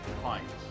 clients